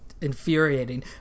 infuriating